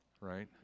right